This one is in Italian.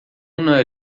una